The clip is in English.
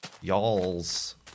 y'all's